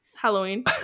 Halloween